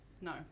No